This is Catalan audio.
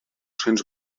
cents